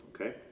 Okay